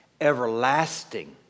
everlasting